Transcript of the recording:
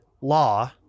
law